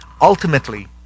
ultimately